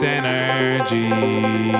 energy